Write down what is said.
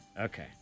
okay